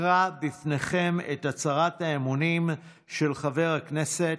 אקרא בפניכם את הצהרת האמונים של חבר הכנסת,